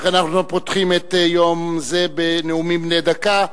לכן אנחנו פותחים יום זה בנאומים בני דקה,